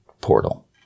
Portal